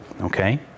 okay